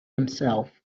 himself